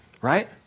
right